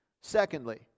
Secondly